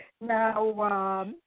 Now